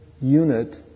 unit